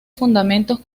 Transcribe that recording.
fundamentos